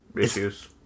issues